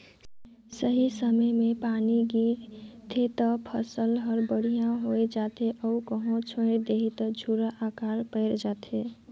सही समय मे पानी गिर जाथे त फसल हर बड़िहा होये जाथे अउ कहो छोएड़ देहिस त झूरा आकाल पइर जाथे